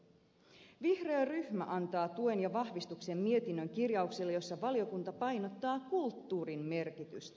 vihreä ryhmä antaa tuen ja vahvistuksen mietinnön kirjaukselle jossa valiokunta painottaa kulttuurin merkitystä